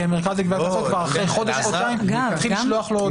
המרכז לגביית קנסות כבר אחרי חודש-חודשיים מתחיל לשלוח לו הודעות.